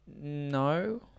no